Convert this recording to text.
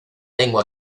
lengua